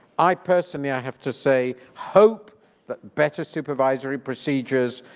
i personally i have to say, hope that better supervisory procedures,